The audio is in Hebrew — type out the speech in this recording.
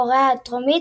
קוריאה הדרומית,